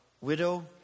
widow